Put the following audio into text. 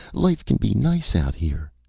life can be nice out here.